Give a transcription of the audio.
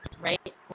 right